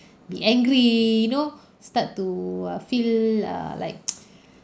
be angry you know start to uh feel uh like